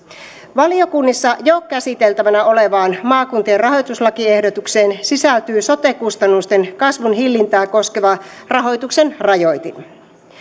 valiokunnissa jo käsiteltävänä olevaan maakuntien rahoituslakiehdotukseen sisältyy sote kustannusten kasvun hillintää koskeva rahoituksen rajoitin